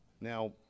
Now